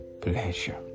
pleasure